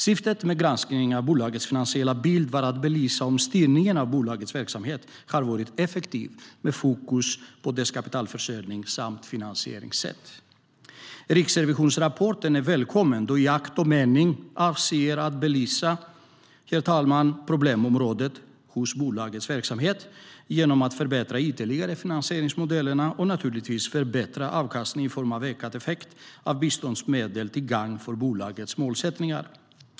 Syftet med granskningen av bolagets finansiella bild var att belysa om styrningen av bolagets verksamhet har varit effektiv med fokus på dess kapitalförsörjning samt finansieringssätt. Riksrevisionsrapporten är välkommen då den avser att belysa problemområdet hos bolagets verksamhet för att ytterligare förbättra finansieringsmodellerna och naturligtvis förbättra avkastningen i form av ökad effekt av biståndsmedel till gagn för bolagets målsättningar.